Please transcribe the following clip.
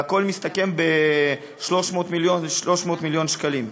והכול מסתכם ב-300 מיליון שקלים.